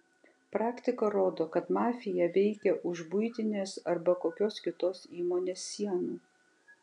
praktika rodo kad mafija veikia už buitinės arba kokios kitos įmonės sienų